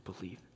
believe